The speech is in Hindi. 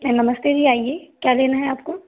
नमस्ते जी आइए क्या लेना है आपको